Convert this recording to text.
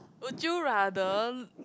would you rather